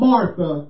Martha